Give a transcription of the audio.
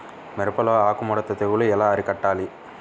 మిరపలో ఆకు ముడత తెగులు ఎలా అరికట్టాలి?